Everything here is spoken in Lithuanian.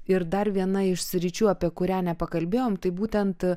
ir dar viena iš sričių apie kurią nepakalbėjom tai būtent